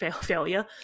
failure